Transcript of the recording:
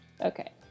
Okay